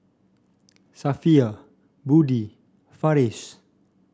Safiya Budi Farish